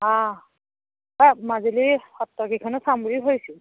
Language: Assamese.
অঁ মাজুলীৰ সত্ৰকেইখনো চাম বুলি ভাবিছোঁ